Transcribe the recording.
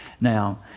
Now